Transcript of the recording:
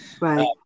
Right